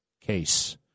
case